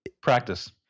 practice